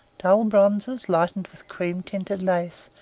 dull bronzes lightened with cream-tinted lace,